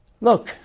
Look